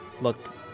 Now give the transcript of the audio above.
look